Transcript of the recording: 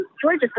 Georgia